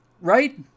Right